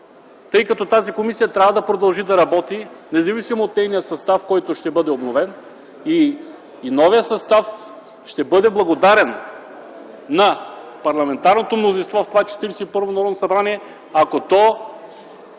смешно. Тази комисия трябва да продължи да работи, независимо от нейния състав, който ще бъде обновен и новият състав ще бъде благодарен на парламентарното мнозинство в това Четиридесет и първо Народно събрание, ако то